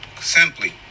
simply